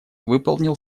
выполнил